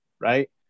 right